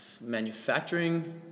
manufacturing